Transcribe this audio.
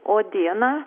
o dieną